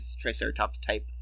Triceratops-type